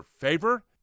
favor